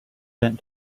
bent